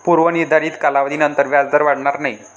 पूर्व निर्धारित कालावधीनंतर व्याजदर वाढणार नाही